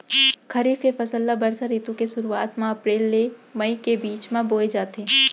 खरीफ के फसल ला बरसा रितु के सुरुवात मा अप्रेल ले मई के बीच मा बोए जाथे